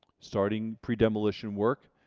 starting pre-demolition work,